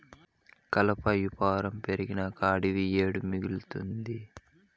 కలప యాపారం పెరిగినంక అడివి ఏడ మిగల్తాది